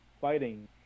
fighting